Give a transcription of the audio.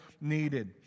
needed